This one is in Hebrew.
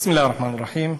בסם אללה א-רחמאן א-רחים.